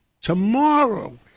Tomorrow